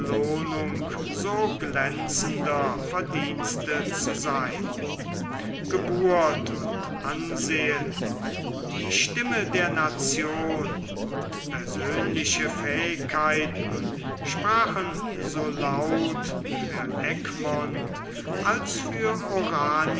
belohnung so glänzender verdienste zu sein geburt und ansehen die stimme der nation und persönliche fähigkeiten sprachen so laut für egmont als für oranien